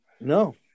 no